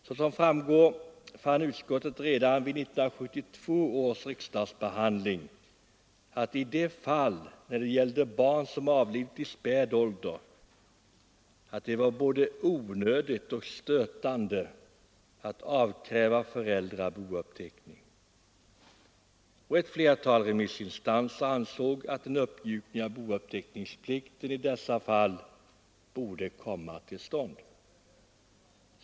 Såsom framgår fann utskottet redan vid 1972 års riksdagsbehandling att i de fall då det gällde barn som avlidit i späd ålder var det både onödigt och stötande att avkräva föräldrar bouppteckning. Ett flertal remissinstanser ansåg att en uppmjukning av bouppteckningsplikten i dessa fall borde komma till stånd.